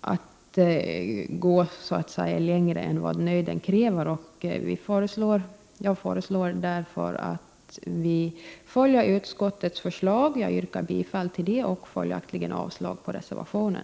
att gå längre än vad nöden kräver. Jag yrkar därför bifall till utskottets hemställan och avslag på reservationen.